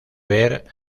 ver